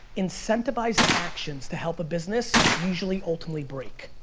incentivized actions to help a business usually ultimately break.